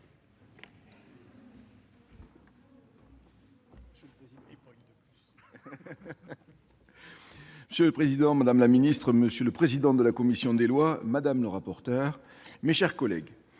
Monsieur le président, madame la secrétaire d'État, monsieur le président de la commission des lois, madame la rapporteure, mes chers collègues,